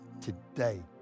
today